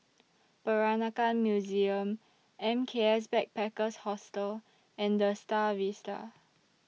Peranakan Museum M K S Backpackers Hostel and The STAR Vista